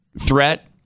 threat